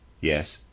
Yes